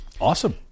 Awesome